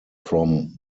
from